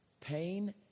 pain